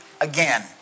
again